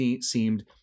seemed